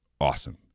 Awesome